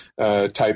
type